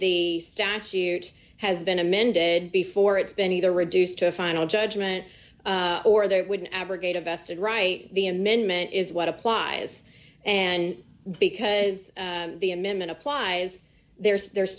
the statute has been amended before it's been either reduced to a final judgment or they wouldn't abrogate a vested right the amendment is what applies and because the amendment applies there's there's